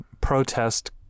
protest